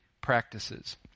practices